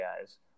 guys